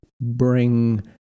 bring